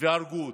והרגו אותו.